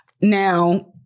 Now